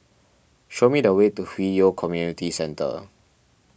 show me the way to Hwi Yoh Community Centre